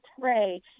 pray